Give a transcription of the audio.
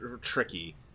tricky